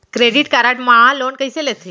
Credit card मा loan कइसे लेथे?